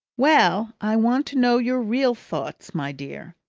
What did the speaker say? well! i want to know your real thoughts, my dear.